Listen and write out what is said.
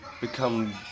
become